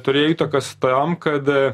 turėjai tą kas tram kada